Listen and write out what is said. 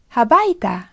Habaita